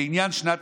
לעניין שנת